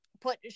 put